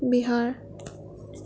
Bihar